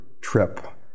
trip